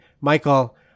Michael